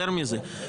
יותר מזה,